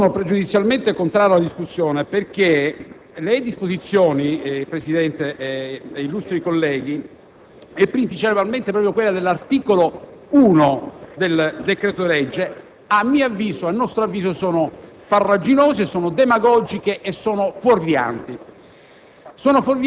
Io sono pregiudizialmente contrario alla discussione perché le disposizioni, signor Presidente e illustri colleghi, principalmente proprio quella dell'articolo 1 del decreto-legge, a nostro avviso sono farraginose, demagogiche e fuorvianti.